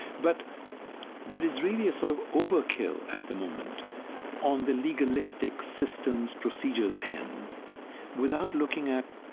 but there is really a sort of overkill at the moment on the legalistic system's procedures end without looking at,